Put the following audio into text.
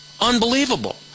Unbelievable